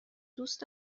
دوست